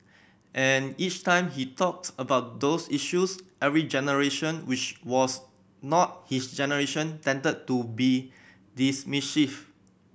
and each time he talked about those issues every generation which was not his generation tended to be dismissive